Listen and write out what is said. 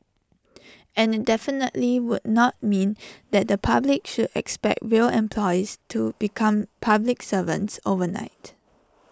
and IT definitely would not mean that the public should expect rail employees to become public servants overnight